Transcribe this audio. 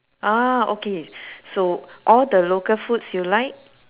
ah okay so all the local foods you like